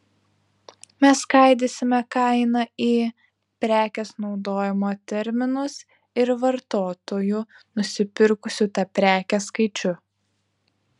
mes skaidysime kainą į prekės naudojimo terminus ir vartotojų nusipirkusių tą prekę skaičių